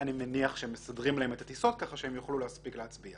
אני מניח שמסדרים להם את הטיסות ככה שהם יוכלו להספיק להצביע.